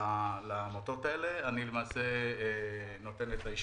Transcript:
שיש לעמותה אישור